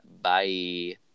Bye